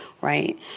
right